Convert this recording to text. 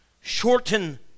shorten